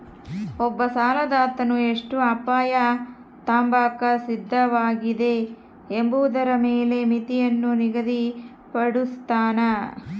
ಒಬ್ಬ ಸಾಲದಾತನು ಎಷ್ಟು ಅಪಾಯ ತಾಂಬಾಕ ಸಿದ್ಧವಾಗಿದೆ ಎಂಬುದರ ಮೇಲೆ ಮಿತಿಯನ್ನು ನಿಗದಿಪಡುಸ್ತನ